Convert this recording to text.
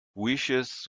wishes